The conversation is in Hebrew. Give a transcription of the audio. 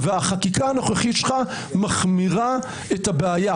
והחקיקה הנוכחית שלך מחמירה את הבעיה.